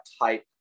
type